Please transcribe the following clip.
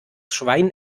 schwein